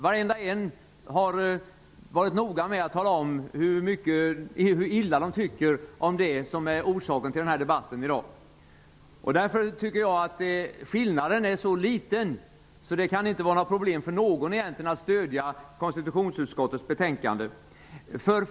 Varenda en har varit noga med att tala om hur illa man tycker om det som är orsaken till debatten i dag. Därför menar jag att skillnaden är så liten att det egentligen inte kan vara något problem för någon att stödja konstitutionsutskottets hemställan.